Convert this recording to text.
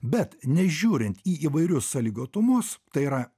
bet nežiūrint į įvairius sąlygotumus tai yra